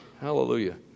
Hallelujah